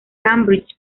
cambridge